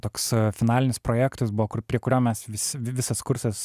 toks finalinis projektas buvo kur prie kurio mes visi visas kursas